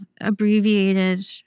abbreviated